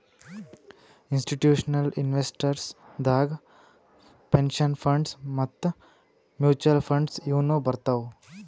institutional investors ದಾಗ್ pension funds ಮತ್ತ್ mutual funds ಇವ್ನು ಬರ್ತವ್